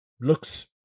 looks